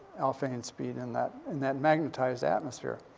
alfven and speed in that in that magnetized atmosphere.